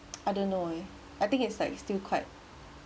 I don't know eh I think it's like still quite